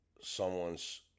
someone's